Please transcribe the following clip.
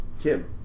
Kim